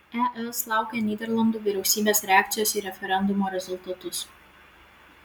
es laukia nyderlandų vyriausybės reakcijos į referendumo rezultatus